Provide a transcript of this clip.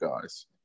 guys